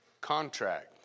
contract